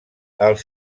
els